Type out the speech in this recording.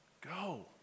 Go